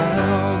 Now